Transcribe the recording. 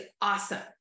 awesome